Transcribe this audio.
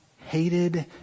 hated